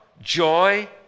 joy